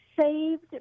saved